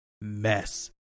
mess